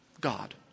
God